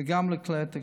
וגם לכלי התקשורת: